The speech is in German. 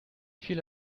viele